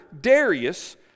Darius